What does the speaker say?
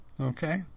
Okay